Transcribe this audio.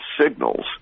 signals